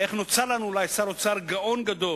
איך נוצר לנו אולי שר אוצר גאון גדול,